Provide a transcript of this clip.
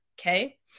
Okay